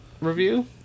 review